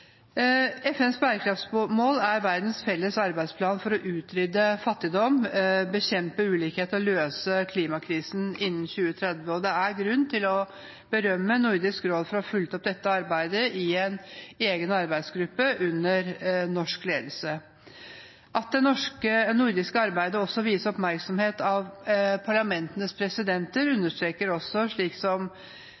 FNs bærekraftsmål er verdens felles arbeidsplan for å utrydde fattigdom, bekjempe ulikhet og løse klimakrisen innen 2030, og det er grunn til å berømme Nordisk råd for å ha fulgt opp dette arbeidet i en egen arbeidsgruppe under norsk ledelse. At det nordiske arbeidet vies oppmerksomhet av parlamentenes presidenter,